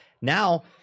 Now